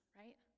right